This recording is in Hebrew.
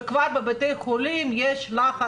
וכבר בבתי חולים יש לחץ.